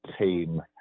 team